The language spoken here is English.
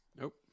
Nope